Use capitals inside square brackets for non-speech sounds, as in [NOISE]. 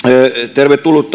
tervetullut [UNINTELLIGIBLE]